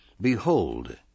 Behold